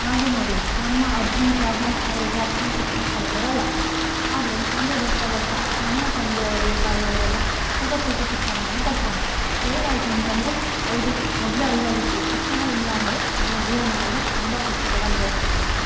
ಹಾಗೆ ನೋಡಿ ನಮ್ಮ ಅಜ್ಜಿ ತಾತ ಅವರೆಲ್ಲ ಅಷ್ಟೊಂದು ಶಿಕ್ಷಣ ಪಡೆದವ್ರಲ್ಲ ಆದರೆ ಮುಂದೆ ಬರ್ತಾ ಬರ್ತಾ ನಮ್ಮ ತಂದೆಯವರು ತಾಯಿಯವರೆಲ್ಲ ಸ್ವಲ್ಪ ಸ್ವಲ್ಪ ಶಿಕ್ಷಣವನ್ನು ಪಡ್ಕೊಂಡರೂ ಅದು ಹೇಗಾಯಿತು ಅಂತಂದರೆ ಅವರಿಗೆ ಮೊದಲೇ ಅರಿವಾಗಿತ್ತು ಓಹ್ ಶಿಕ್ಷಣ ಇಲ್ಲ ಅಂದರೆ ನಮ್ಮ ಜೀವನದಲ್ಲಿ ತುಂಬ ಕಷ್ಟಗಳು ಅನುಭವಿಸ್ತೀವಿ ಅಂತ